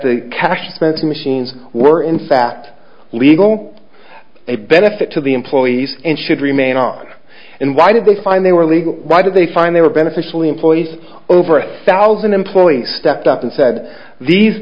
the cash spent machines were in fact legal a benefit to the employees and should remain on and why did they find they were legal why did they find they were beneficially employees over a thousand employees stepped up and said these